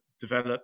develop